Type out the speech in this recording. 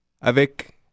avec